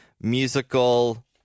musical